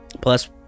plus